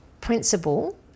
principle